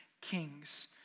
kings